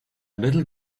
little